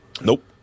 Nope